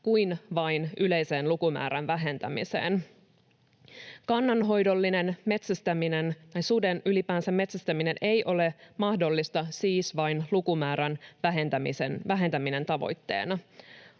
kuin vain yleiseen lukumäärän vähentämiseen. Suden metsästäminen ei siis ole mahdollista vain lukumäärän vähentäminen tavoitteena.